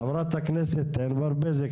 חברת הכנסת ענבר בזק,